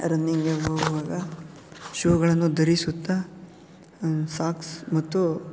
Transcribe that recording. ರನ್ನಿಂಗೆ ಹೋಗುವಾಗ ಶೂಗಳನ್ನು ಧರಿಸುತ್ತಾ ಸಾಕ್ಸ್ ಮತ್ತು